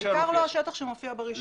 העיקר לא השטח שמופיע ברישיון.